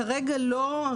כרגע לא.